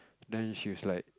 then she's like